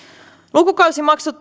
lukukausimaksut